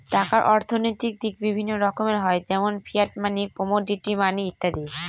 টাকার অর্থনৈতিক দিক বিভিন্ন রকমের হয় যেমন ফিয়াট মানি, কমোডিটি মানি ইত্যাদি